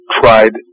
tried